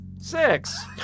Six